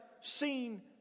seen